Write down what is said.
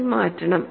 ലേക്ക് മാറ്റണം